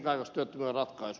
arvoisa puhemies